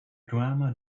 drama